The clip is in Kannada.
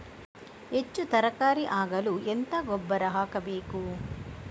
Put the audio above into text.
ಹೆಚ್ಚು ತರಕಾರಿ ಆಗಲು ಎಂತ ಗೊಬ್ಬರ ಹಾಕಬೇಕು?